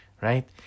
right